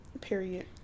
Period